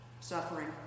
suffering